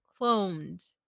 cloned